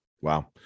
Wow